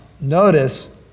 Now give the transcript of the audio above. notice